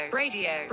radio